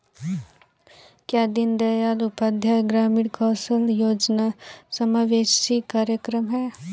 क्या दीनदयाल उपाध्याय ग्रामीण कौशल योजना समावेशी कार्यक्रम है?